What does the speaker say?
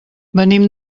venim